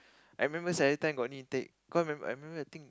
I remember got new intake cause I remember I remember I think